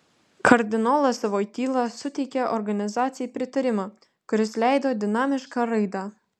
kardinolas voityla suteikė organizacijai pritarimą kuris leido dinamišką raidą